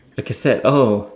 the cassette oh